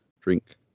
drink